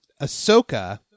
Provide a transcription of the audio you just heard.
Ahsoka